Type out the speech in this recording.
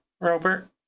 Robert